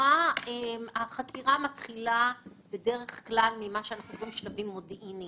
החקירה מתחילה בדרך כלל משלבים מודיעיניים.